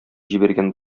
җибәргән